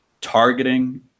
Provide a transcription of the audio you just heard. targeting